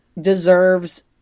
deserves